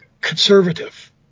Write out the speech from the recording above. conservative